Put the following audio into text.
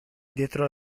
dietro